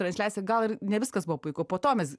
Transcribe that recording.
transliacija gal ir ne viskas buvo puiku po to mes